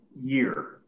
year